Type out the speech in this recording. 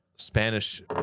Spanish